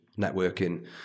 networking